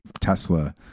tesla